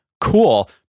Cool